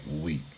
week